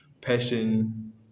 passion